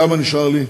כמה נשאר לי,